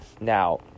Now